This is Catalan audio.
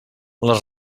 les